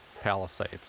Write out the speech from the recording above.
palisades